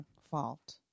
fault